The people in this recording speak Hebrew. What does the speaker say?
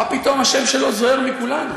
מה פתאום השם שלו זוהר מכולנו?